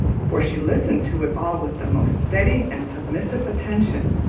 for she listened to it all with the most steady and submissive attention,